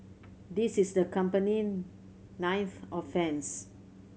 this is the company ninth offence